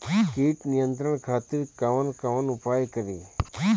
कीट नियंत्रण खातिर कवन कवन उपाय करी?